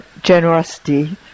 generosity